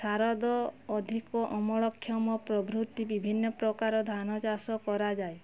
ଶାରଦ ଅଧିକ ଅମଳକ୍ଷମ ପ୍ରଭୃତି ବିଭିନ୍ନ ପ୍ରକାର ଧାନଚାଷ କରାଯାଏ